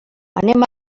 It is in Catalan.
anem